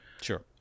sure